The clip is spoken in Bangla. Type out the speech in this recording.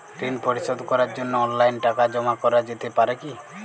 ঋন পরিশোধ করার জন্য অনলাইন টাকা জমা করা যেতে পারে কি?